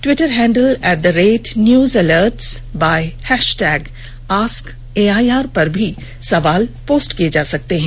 Twitter handle at the rate news alerts by hashtag ask AIR पर भी सवाल post किए जा सकते हैं